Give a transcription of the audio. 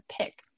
pick